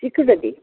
ଶିଖୁଛନ୍ତି